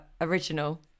original